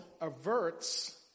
averts